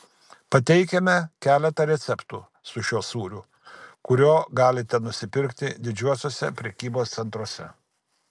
pateikiame keletą receptų su šiuo sūriu kurio galite nusipirkti didžiuosiuose prekybos centruose